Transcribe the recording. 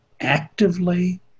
actively